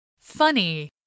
funny